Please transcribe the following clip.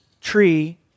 tree